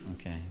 Okay